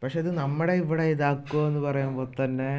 പക്ഷെ ഇത് നമ്മുടെ ഇവിടെ ഇതാക്കുവെന്ന് പറയുമ്പം തന്നെ